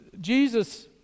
Jesus